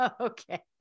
okay